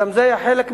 גם זה היה חלק מהלחץ,